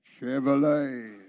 Chevrolet